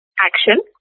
action